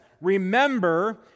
Remember